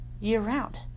year-round